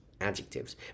adjectives